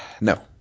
no